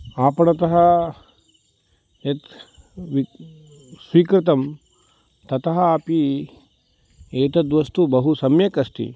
आपणतः यत् स्वीकृतं ततः अपि एतद्वस्तु बहु सम्यक् अस्ति